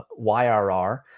YRR